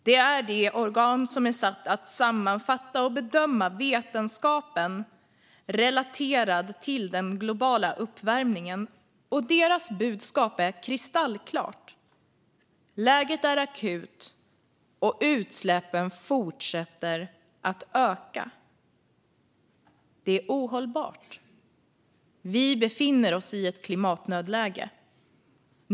Det är det FN-organ som är satt att sammanfatta och bedöma vetenskapen relaterad till den globala uppvärmningen. Och deras budskap är kristallklart: Läget är akut, och utsläppen fortsätter att öka. Det är ohållbart. Vi befinner oss i ett klimatnödläge.